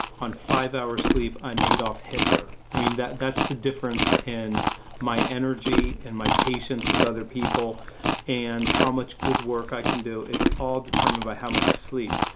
on five hours sleep, i'm adolf hitler. i mean, that's the difference in my energy and my patience with other people and how much good work i can do. it's all determined by how much you sleep.